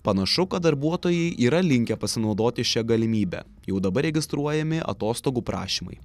panašu kad darbuotojai yra linkę pasinaudoti šia galimybe jau dabar registruojami atostogų prašymai